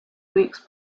weeks